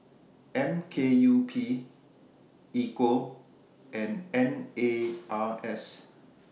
M K U P Equal and N A R S